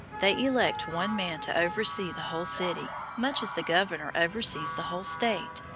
they elect one man to oversee the whole city, much as the governor oversees the whole state,